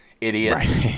idiots